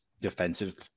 defensive